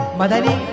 madani